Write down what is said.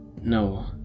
No